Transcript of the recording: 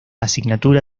asignatura